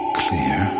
clear